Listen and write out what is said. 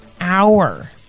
hour